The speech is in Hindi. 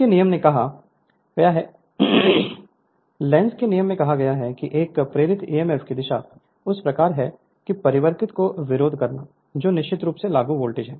इसे घटाया जा सकता है लेनज़ के नियम में कहा गया है कि एक प्रेरित ईएमएफ की दिशा जैसे कि परिवर्तन का विरोध करना जो निश्चित रूप से लागू वोल्टेज है